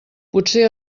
potser